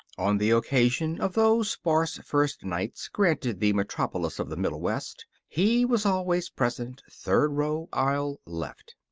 on the occasion of those sparse first nights granted the metropolis of the middle west he was always present, third row, aisle, left.